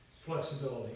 flexibility